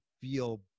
feel